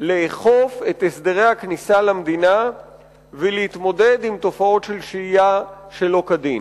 לאכוף את הסדרי הכניסה למדינה ולהתמודד עם תופעות של שהייה שלא כדין.